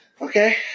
Okay